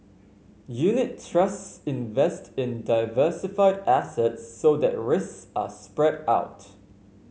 unit trusts invest in diversified assets so that risks are spread out